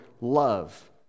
love